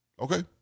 Okay